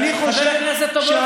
חבר הכנסת טופורובסקי,